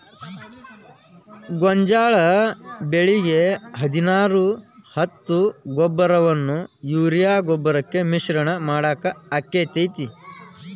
ಗೋಂಜಾಳ ಬೆಳಿಗೆ ಹದಿನಾರು ಹತ್ತು ಗೊಬ್ಬರವನ್ನು ಯೂರಿಯಾ ಗೊಬ್ಬರಕ್ಕೆ ಮಿಶ್ರಣ ಮಾಡಾಕ ಆಕ್ಕೆತಿ?